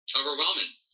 overwhelming